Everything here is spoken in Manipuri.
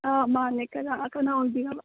ꯑꯥ ꯃꯥꯟꯅꯦ ꯀꯅꯥ ꯀꯅꯥ ꯑꯣꯏꯕꯤꯔꯕ